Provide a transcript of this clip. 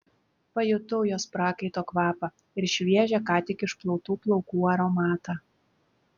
pajutau jos prakaito kvapą ir šviežią ką tik išplautų plaukų aromatą